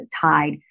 tied